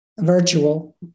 virtual